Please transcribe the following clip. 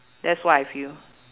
that's what I feel